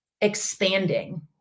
expanding